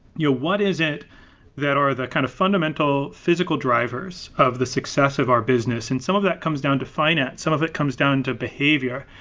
yeah what is it that are the kind of fundamental physical drivers of the success of our business, and some of that comes down to finance. some of it comes down to behavior.